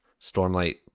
stormlight